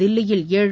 தில்லியில் ஏழு